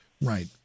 Right